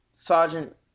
Sergeant